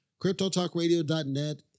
Cryptotalkradio.net